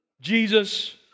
Jesus